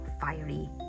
fiery